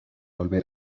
volver